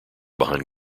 behind